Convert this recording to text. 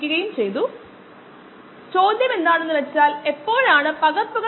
ro0 സിസ്റ്റത്തിൽ കോശങ്ങളുടെ generation ഇല്ല അല്ലെങ്കിൽ നമുക്ക് അങ്ങനെ അനുമാനിക്കാം